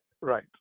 Right